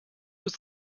was